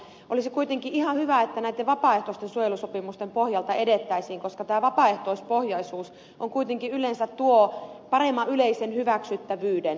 olisi kuitenkin ihan hyvä että vapaaehtoisten suojelusopimusten pohjalta edettäisiin koska tämä vapaaehtoispohjaisuus kuitenkin yleensä tuo paremman yleisen hyväksyttävyyden